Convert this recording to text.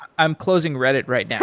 i'm closing reddit right now